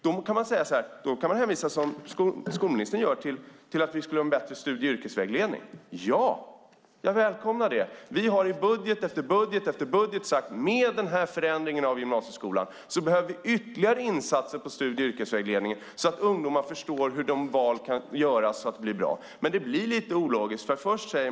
Då kan vi, som skolministern gör, hänvisa till en bättre studie och yrkesvägledning. Ja, jag välkomnar det. Vi har i budget efter budget sagt att med förändringen av gymnasieskolan behövs det ytterligare insatser på studie och yrkesvägledningen så att ungdomar förstår hur de kan göra bra val. Men det blir lite ologiskt.